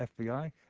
FBI